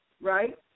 right